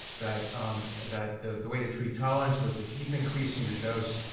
that um that the the way to treat tolerance was to keep increasing the dose.